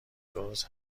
درست